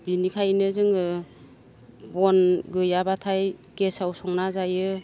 बेनिखायनो जोङो बन गैयाबाथाय गेसआव संना जायो